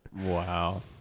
Wow